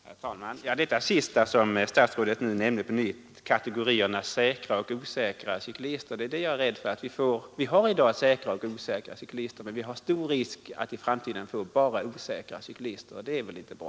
Herr talman! Till det sista som statsrådet sade om kategorierna säkra och osäkra cyklister vill jag säga att vi har i dag säkra och osäkra cyklister, och risken är stor att vi i framtiden bara får osäkra cyklister — och det är väl inte bra!